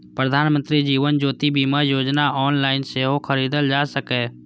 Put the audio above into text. प्रधानमंत्री जीवन ज्योति बीमा योजना ऑनलाइन सेहो खरीदल जा सकैए